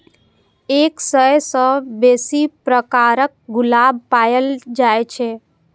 एक सय सं बेसी प्रकारक गुलाब पाएल जाए छै